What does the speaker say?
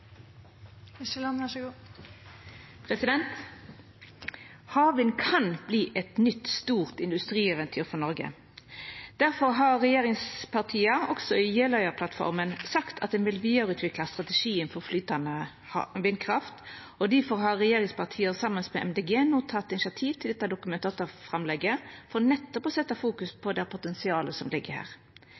Havvind kan verta eit nytt, stort industrieventyr for Noreg. Difor har regjeringspartia også i Jeløya-plattforma sagt at ein vil vidareutvikla strategien for flytande vindkraft, og difor har regjeringspartia saman med MDG no teke initiativ til dette Dokument 8-framlegget for nettopp å setja fokus på potensialet som ligg her.